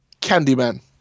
Candyman